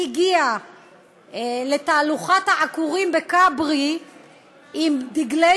הגיע לתהלוכת העקורים בכברי עם דגלי